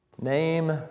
Name